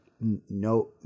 No